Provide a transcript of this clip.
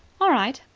all right.